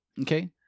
Okay